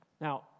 Now